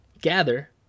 gather